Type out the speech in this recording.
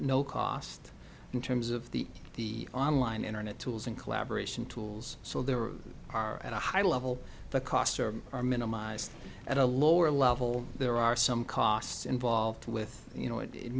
no cost in terms of the the online internet tools and collaboration tools so there are at a high level the costs are minimized at a lower level there are some costs involved with you know